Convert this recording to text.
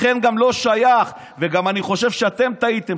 לכן גם לא שייך, וגם אני חושב שאתם טעיתם.